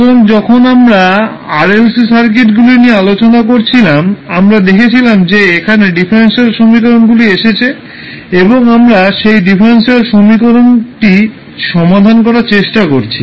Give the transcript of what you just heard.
সুতরাং যখন আমরা RLC সার্কিটগুলি নিয়ে আলোচনা করছিলাম আমরা দেখেছিলাম যে এখানে ডিফারেনশিয়াল সমীকরণগুলি এসেছে এবং আমরা সেই ডিফারেনশনাল সমীকরণটি সমাধান করার চেষ্টা করছি